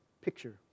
picture